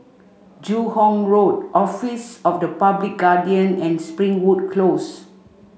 Joo Hong Road Office of the Public Guardian and Springwood Close